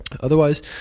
Otherwise